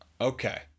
Okay